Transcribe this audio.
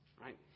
right